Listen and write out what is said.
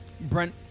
Brent